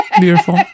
beautiful